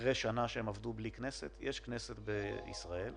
אחרי שנה שעבדו בלי כנסת שיש כנסת בישראל,